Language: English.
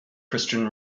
christian